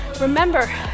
remember